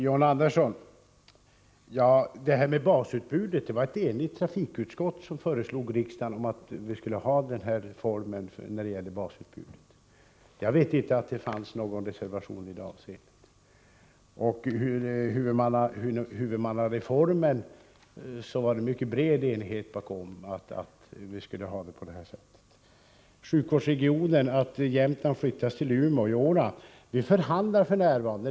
Herr talman! Först till John Andersson: Det var ett enigt trafikutskott som föreslog riksdagen denna form av basutbud. Såvitt jag vet fanns det inte någon reservation. Det var också en mycket bred enighet bakom huvudmannareformen. När det gäller sjukvårdsregioner har det föreslagits att patienter från Jämtland skall överföras till Umeå. Vi förhandlar f.n.